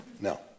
No